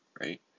right